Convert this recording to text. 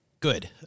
Good